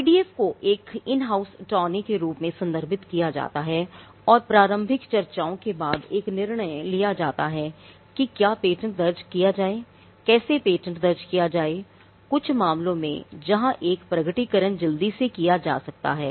IDF को एक in house attorney ही की जा सकती है